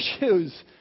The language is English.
issues